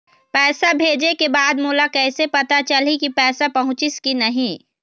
पैसा भेजे के बाद मोला कैसे पता चलही की पैसा पहुंचिस कि नहीं?